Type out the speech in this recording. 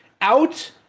out